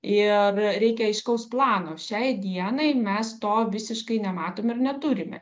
ir reikia aiškaus plano šiai dienai mes to visiškai nematom ir neturime